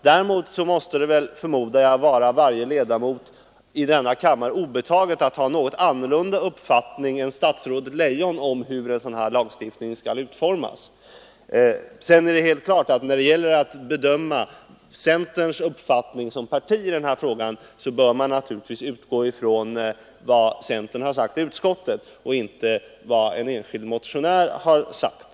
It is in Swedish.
Däremot måste det, förmodar jag, vara varje ledamot i denna kammare obetaget att ha en annan uppfattning än statsrådet Leijon om hur en sådan här lagstiftning skall utformas. När det gäller att bedöma centerns uppfattning som parti i den här frågan bör man naturligtvis utgå ifrån vad centern har sagt i utskottet och inte från vad en enskild motionär har sagt.